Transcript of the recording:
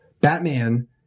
Batman